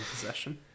possession